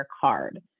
card